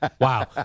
Wow